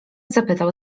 zapytał